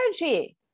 energy